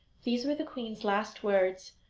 these were the queen's last words,